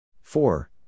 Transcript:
four